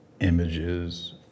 images